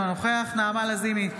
אינו נוכח נעמה לזימי,